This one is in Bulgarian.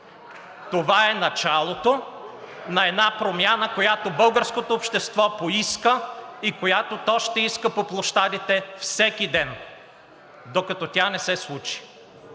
Това е началото на една промяна, която българското общество поиска и която то ще иска по площадите всеки ден, докато тя не се случи,